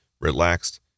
relaxed